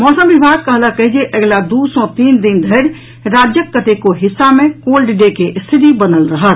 मौसम विभाग कहलक अछि जे अगिला दू सॅ तीन दिन धरि राज्यक कतेको हिस्सा मे कोल्ड डे के स्थिति बनल रहत